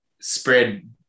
Spread